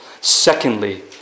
secondly